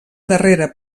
darrera